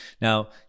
Now